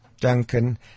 Duncan